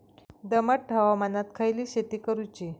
दमट हवामानात खयली शेती करूची?